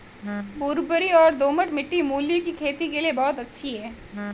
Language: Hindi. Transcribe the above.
भुरभुरी और दोमट मिट्टी मूली की खेती के लिए बहुत अच्छी है